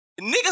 niggas